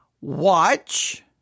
watch